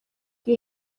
que